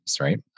right